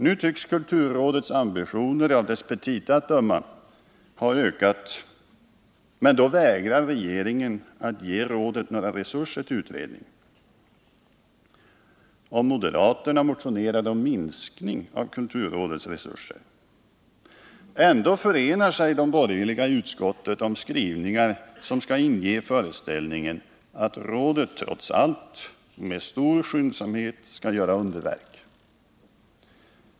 Nu tycks kulturrådets ambitioner — av rådets petita att döma — ha ökat något. Men då vägrar regeringen att ge rådet några resurser till utredning. Och moderaterna motionerar om minskning av kulturrådets resurser. Ändå förenar sig de borgerliga i utskottet om skrivningar som skall inge föreställningen att rådet trots allt med stor skyndsamhet skall göra underverk.